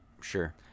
sure